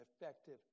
effective